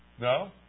No